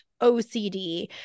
OCD